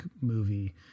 movie